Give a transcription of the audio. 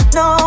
no